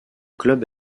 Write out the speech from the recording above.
club